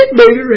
baby